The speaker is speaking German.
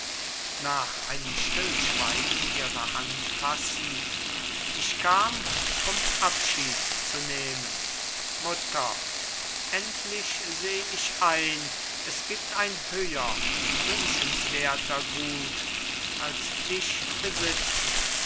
nach einem stillschweigen ihre hand fassend ich kam um abschied zu nehmen mutter endlich seh ich ein es gibt ein höher wünschenswerter gut als dich besitzen